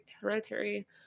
hereditary